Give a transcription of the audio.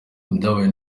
ibyabaye